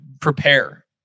prepare